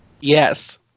Yes